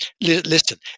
listen